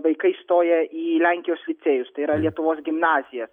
vaikai stoja į lenkijos licėjus tai yra lietuvos gimnazijas